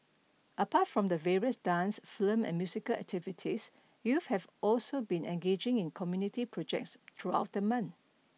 apart from the various dance film and musical activities youths have also be engaging in community projects throughout the month